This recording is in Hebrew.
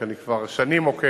כי אני כבר שנים עוקב.